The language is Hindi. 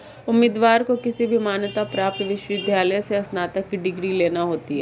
उम्मीदवार को किसी भी मान्यता प्राप्त विश्वविद्यालय से स्नातक की डिग्री लेना होती है